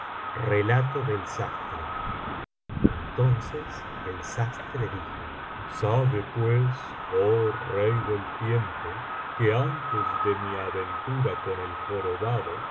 relato del sastre sabe pues olí rey del tiempo que antes de mi aventura con el jorobado